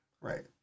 Right